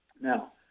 Now